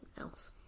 else